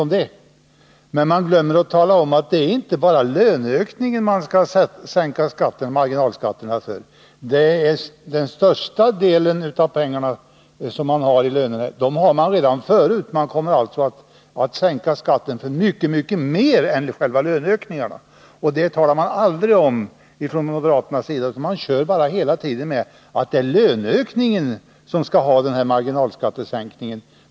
Men moderaterna glömmer då att tala om att det inte bara är löneökningen man sänker marginalskatten för. Den största delen av de pengar människorna får hade de redan förut i lön. Man kommer alltså att sänka skatten för mycket mer än själva löneökningen. Men detta talar man från moderaternas sida aldrig om, utan de återkommer hela tiden till att det bara är löneökningen som skall ha denna marginalskattesänkning.